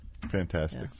Fantastic